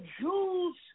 Jews